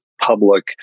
public